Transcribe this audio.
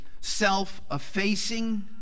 self-effacing